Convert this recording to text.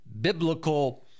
biblical